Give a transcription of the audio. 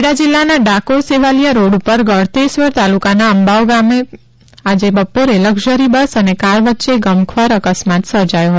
ખેડા જીલ્લાના ડાકોર સેવાલીયા રોડ ઉપર ગળતેશ્વર તાલુકાના અંબાવ ગામે પાસે આજે બપોરે લક્ઝરી બસ અને કાર વચ્ચે ગમખ્વાર અકસ્માત સર્જાયો હતો